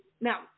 Now